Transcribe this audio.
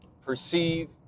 perceive